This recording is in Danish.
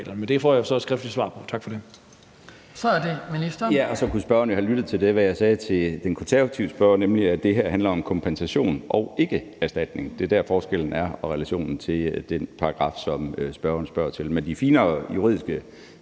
det får jeg jo så et skriftligt svar på. Tak for det.